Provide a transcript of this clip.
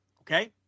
okay